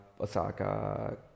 Osaka